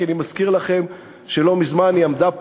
כי אני מזכיר לכם שלא מזמן היא עמדה פה